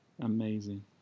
amazing